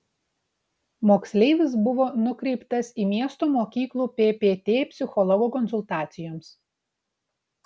moksleivis buvo nukreiptas į miesto mokyklų ppt psichologo konsultacijoms